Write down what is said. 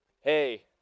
hey